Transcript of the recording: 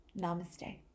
Namaste